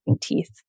teeth